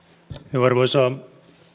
arvoisa